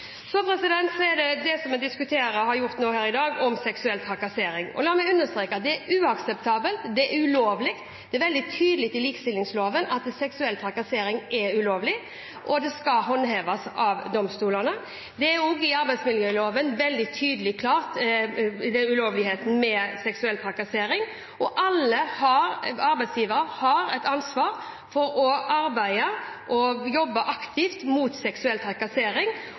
diskuterer seksuell trakassering her i dag, og la meg understreke: Det er uakseptabelt, det er ulovlig. Det er veldig tydelig i likestillingsloven at seksuell trakassering er ulovlig. Dette skal håndheves av domstolene. Også arbeidsmiljøloven er veldig tydelig på ulovligheten ved seksuell trakassering. Alle arbeidsgivere har et ansvar for å arbeide og jobbe aktivt mot seksuell trakassering